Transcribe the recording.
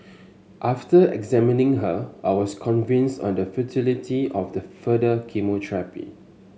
after examining her I was convinced of the futility of further chemotherapy